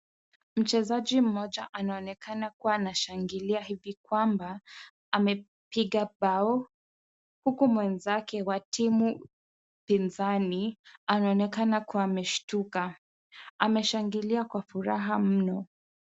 Mchezaji mmoja anaonekana kuwa anashangilia hivi kwamba amepiga bao huku mwenzake wa timu pinzani anaonekana kuwa ameshtuka. Ameshangilia kwa furaha mno.